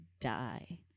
die